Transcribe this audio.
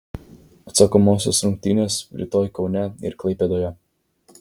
atsakomosios rungtynės rytoj kaune ir klaipėdoje